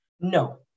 No